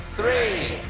three,